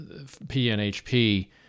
PNHP